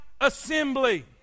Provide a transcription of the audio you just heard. assembly